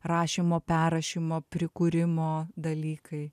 rašymo perrašymo prikurimo dalykai